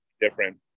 different